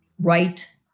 Right